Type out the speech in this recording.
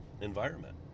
environment